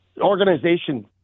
organization